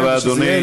תודה רבה, אדוני.